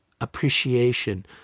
appreciation